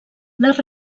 les